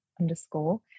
underscore